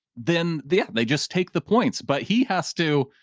then they yeah they just take the points. but he has to.